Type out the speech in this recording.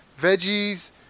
veggies